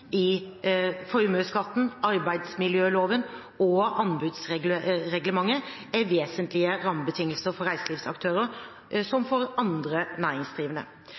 i formuesskatten, arbeidsmiljøloven og anbudsreglementet er vesentlige rammebetingelser for reiselivsaktører, som for andre næringsdrivende.